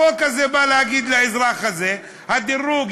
החוק הזה בא להגיד לאזרח הזה: הדירוג,